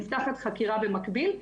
זה